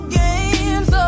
games